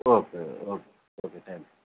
okay okay okay thank you